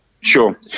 Sure